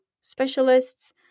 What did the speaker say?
specialists